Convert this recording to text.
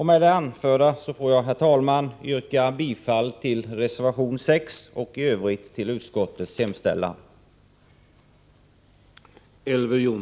Med det anförda får jag, herr talman, yrka bifall till reservation 6 och i Övrigt till utskottets hemställan.